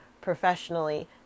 professionally